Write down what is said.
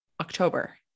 October